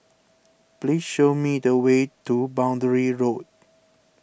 please show me the way to Boundary Road